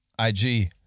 IG